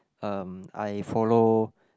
um I follow